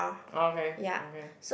okay okay